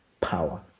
power